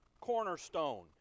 cornerstone